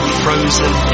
frozen